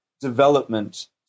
development